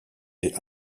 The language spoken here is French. est